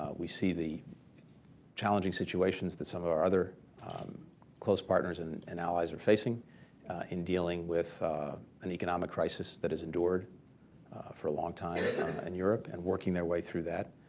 ah we see the challenging situations that some of our other close partners and and allies are facing in dealing with an economic crisis that has endured for time in europe, and working their way through that.